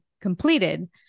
completed